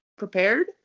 prepared